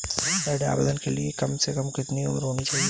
ऋण आवेदन के लिए कम से कम कितनी उम्र होनी चाहिए?